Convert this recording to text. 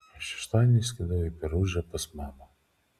šeštadienį išskridau į perudžą pas mamą